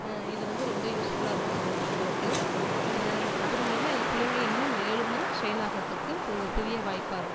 இது வந்து ரொம்ப யூஸ்ஃபுல்லாக இருக்கும் எங்கள் பிள்ளைங்களுக்கு அதன் அதன் மூலமாக எங்கள் பிள்ளைங்க இன்னும் மேலுமாக ஷைன் ஆகுறதுக்கு இது ஒரு பெரிய வாய்ப்பாக இருக்கும்